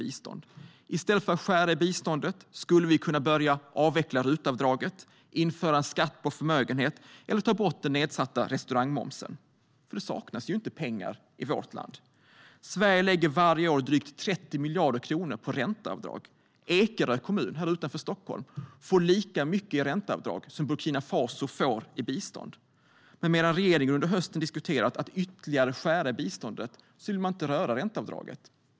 I stället för att skära i biståndet skulle vi kunna börja avveckla RUT-avdraget, införa en skatt på förmögenhet och ta bort den nedsatta restaurangmomsen. Det saknas inte pengar i vårt land. Sverige lägger varje år drygt 30 miljarder kronor på ränteavdrag. Ekerö kommun utanför Stockholm får lika mycket i ränteavdrag som Burkina Faso får i bistånd. Men medan regeringen under hösten har diskuterat att ytterligare skära i biståndet vill man inte röra ränteavdraget.